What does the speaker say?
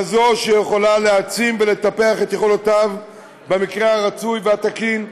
כזאת שיכולה להעצים ולטפח את יכולותיו במקרה הרצוי והתקין,